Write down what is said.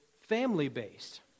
family-based